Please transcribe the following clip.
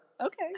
okay